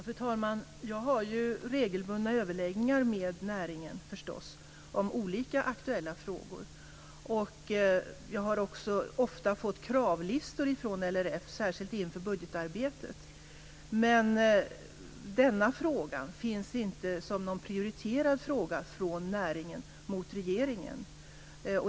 Fru talman! Jag har förstås regelbundna överläggningar med näringen om olika aktuella frågor. Jag har också ofta fått kravlistor från LRF, särskilt inför budgetarbetet. Denna fråga finns inte som en prioriterad fråga från näringen mot regeringen.